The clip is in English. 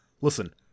Listen